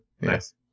Nice